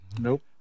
Nope